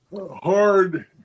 hard